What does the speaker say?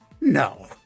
No